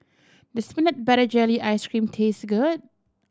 does peanut butter jelly ice cream taste good